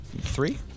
Three